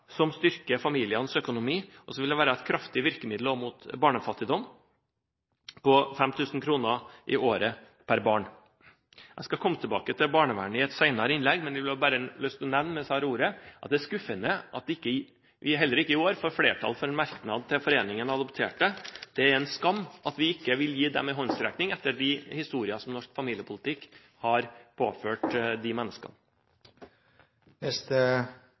som styrker familiens økonomi, og det vil være et kraftig virkemiddel mot barnefattigdom. Jeg skal komme tilbake til barnevernet i et senere innlegg, men jeg hadde lyst til å nevne, mens jeg har ordet, at det er skuffende at vi heller ikke i år får flertall for en merknad til Foreningen Adopterte. Det er en skam at man ikke vil gi dem en håndsrekning etter de historiene vi har hørt, og det norsk familiepolitikk har påført disse menneskene. Dette er et av de